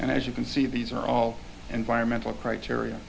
and as you can see these are all environmental criteria